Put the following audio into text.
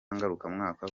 ngarukamwaka